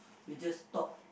you just talk